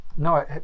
No